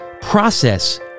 process